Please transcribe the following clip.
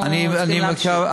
אנחנו צריכים להמשיך.